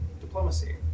Diplomacy